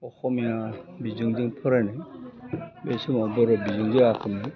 अखमिया बिजोंजों फरायनाय बे समाव बर' बिजों जायाखैमोन